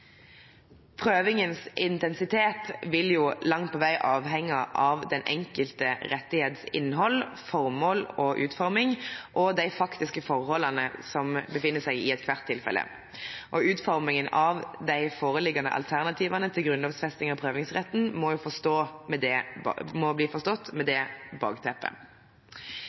Prøvingens intensitet vil jo langt på vei avhenge av den enkelte rettighets innhold, formål og utforming og de faktiske forholdene som befinner seg i ethvert tilfelle. Utformingen av de foreliggende alternativene til grunnlovfesting av prøvingsretten må bli forstått mot det